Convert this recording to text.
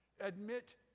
Admit